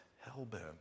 hell-bent